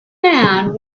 man